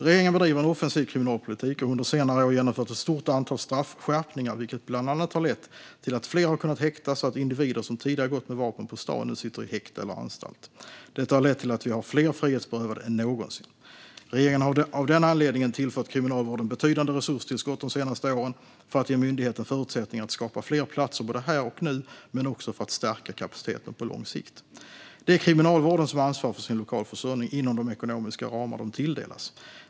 Regeringen bedriver en offensiv kriminalpolitik och har under senare år genomfört ett stort antal straffskärpningar, vilket bland annat har lett till att fler har kunnat häktas och att individer som tidigare gått med vapen på stan nu sitter i häkte eller anstalt. Detta har lett till att vi har fler frihetsberövade än någonsin. Regeringen har av den anledningen tillfört Kriminalvården betydande resurstillskott de senaste åren för att ge myndigheten förutsättningar att skapa fler platser både här och nu men också för att stärka kapaciteten på lång sikt. Det är Kriminalvården som ansvarar för sin lokalförsörjning inom de ekonomiska ramar de tilldelas.